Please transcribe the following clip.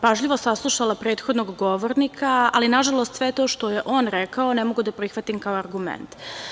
Pažljivo sam saslušala prethodnog govornika, ali nažalost sve to što je on rekao ne mogu da prihvatim kao argument.